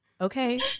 Okay